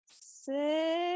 six